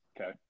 Okay